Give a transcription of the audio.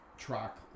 track